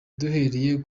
duhereye